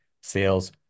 sales